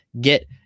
get